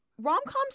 Rom-coms